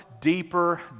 deeper